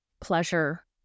pleasure